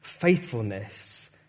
faithfulness